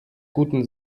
guten